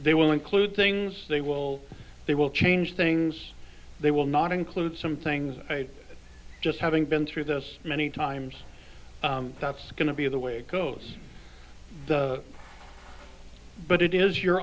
they will include things they will they will change things they will not include some things just having been through this many times that's going to be the way it goes but it is your